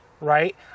Right